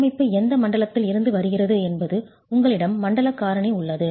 கட்டமைப்பு எந்த மண்டலத்தில் இருந்து வருகிறது என்பது உங்களிடம் மண்டல காரணி உள்ளது